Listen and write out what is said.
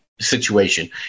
Situation